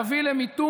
היא תביא למיתון,